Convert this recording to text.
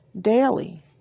daily